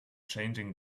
changing